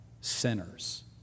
sinners